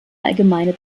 allgemeine